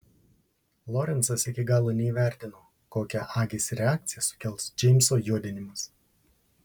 lorencas iki galo neįvertino kokią agės reakciją sukels džeimso juodinimas